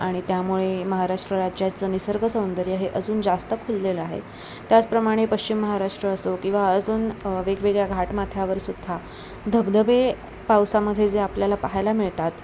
आणि त्यामुळे महाराष्ट्र राज्याचं निसर्गसौंदर्य हे अजून जास्त खुललेलं आहे त्याचप्रमाणे पश्चिम महाराष्ट्र असो किंवा अजून वेगवेगळ्या घाटमाथ्यावरसुद्धा धबधबे पावसामध्ये जे आपल्याला पाहायला मिळतात